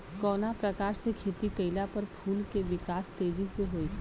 कवना प्रकार से खेती कइला पर फूल के विकास तेजी से होयी?